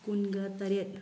ꯀꯨꯟꯒ ꯇꯔꯦꯠ